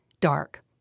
dark